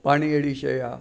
पाणी अहिड़ी शइ आहे